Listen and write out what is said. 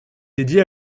dédiée